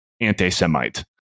anti-Semite